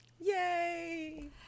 Yay